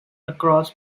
across